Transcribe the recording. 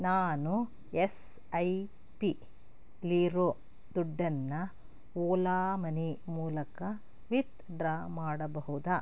ನಾನು S I ಪಿಲಿರೊ ದುಡ್ಡನ್ನು ಓಲಾ ಮನಿ ಮೂಲಕ ವಿತ್ಡ್ರಾ ಮಾಡಬಹುದೇ